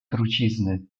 trucizny